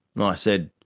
you know i said,